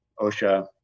OSHA